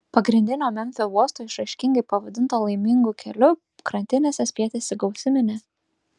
pagrindinio memfio uosto išraiškingai pavadinto laimingu keliu krantinėse spietėsi gausi minia